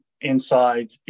inside